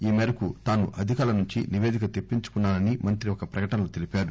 ఈ మేరకు తాను అధికారుల నుంచి నివేదిక తెప్పించుకున్నానని మంత్రి ఒక ప్రకటనలో తెలిపారు